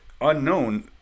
unknown